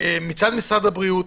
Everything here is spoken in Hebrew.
מצד משרד הבריאות,